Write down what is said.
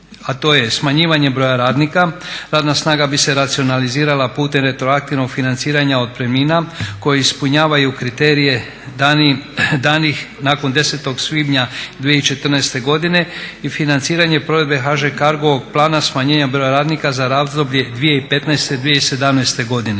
a to je smanjivanje broja radnika, radna snaga bi se racionalizirala putem retroaktivnog financiranja otpremnina koji ispunjavaju kriterije danih nakon 10. svibnja 2014. godine i financiranje provedbe HŽ Cargovog plana smanjenja broja radnika za razdoblje 2015./2017. godine.